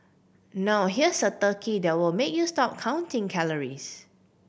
now here's a turkey that will make you stop counting calories